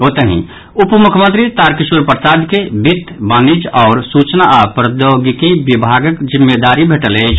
ओतहि उपमुख्यमंत्री तारकिशोर प्रसाद के वित्त वाणिज्य आओर सूचना आ प्रौद्योगिकी विभागक जिम्मेदारी भेटल अछि